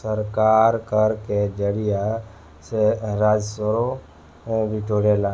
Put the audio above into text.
सरकार कर के जरिया से राजस्व बिटोरेला